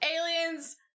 aliens